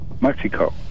Mexico